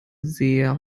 sehr